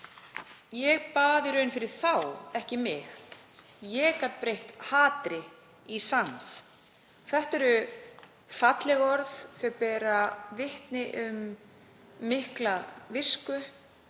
ég bað í raun fyrir þeim, ekki mér. Ég gat breytt hatri í samúð. Þetta eru falleg orð sem bera vitni um mikla visku.